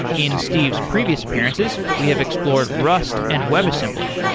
in steve's previous appearances, we have explored rust and webassembly,